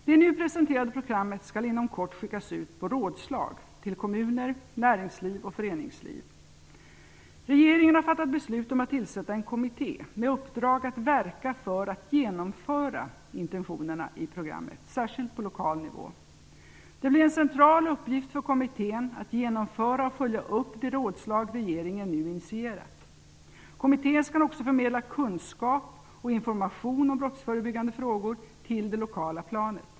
Det nu presenterade programmet skall inom kort skickas ut på rådslag till kommuner, näringsliv och föreningsliv. Regeringen har fattat beslut om att tillsätta en kommitté med uppdrag att verka för att genomföra intentionerna i programmet, särskilt på lokal nivå. Det blir en central uppgift för kommittén att genomföra och följa upp det rådslag regeringen nu initierat. Kommittén skall också förmedla kunskap och information om brottsförebyggande frågor till det lokala planet.